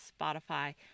Spotify